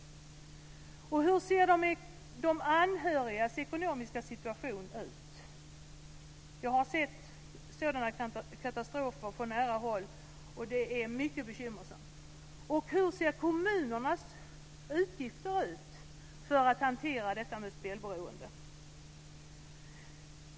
Hur ser de anhörigas ekonomiska situation ut? Jag har sett sådana här katastrofer på nära håll, och det är mycket bekymmersamt. Och hur ser kommunernas utgifter för att hantera detta med spelberoende ut?